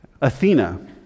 Athena